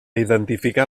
identificar